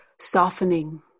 softening